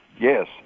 Yes